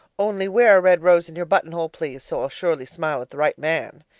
only wear a red rose in your buttonhole, please, so i'll surely smile at the right man.